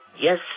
Yes